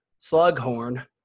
slughorn